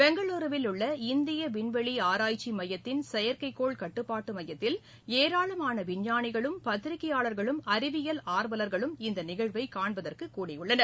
பெங்களுருவில் உள்ள இந்திய விண்வெளி ஆராய்ச்சி மையத்தின் செயற்கைக்கோள் கட்டுப்பாட்டு மையத்தில் ஏராளமான விஞ்ஞானிகளும் பத்திரிக்கையாளர்களும் அறிவியல் ஆர்வலர்களும் இந்த நிகழ்வை காண்பதற்கு கூடியுள்ளனர்